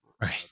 Right